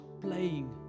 playing